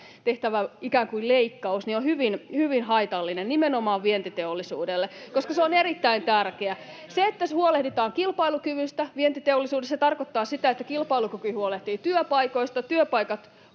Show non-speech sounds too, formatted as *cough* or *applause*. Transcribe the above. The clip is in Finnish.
tehtävä ikään kuin leikkaus on hyvin haitallinen nimenomaan vientiteollisuudelle, joka on erittäin tärkeä. *noise* Se, että tässä huolehditaan kilpailukyvystä, vientiteollisuudesta, tarkoittaa sitä, että kilpailukyky huolehtii työpaikoista, työpaikat